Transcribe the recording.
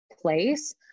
place